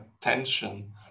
tension